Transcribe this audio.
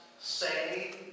say